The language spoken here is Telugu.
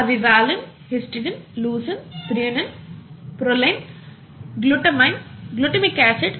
అవి valine histidine leucine threonine proline glutamine glutamic acid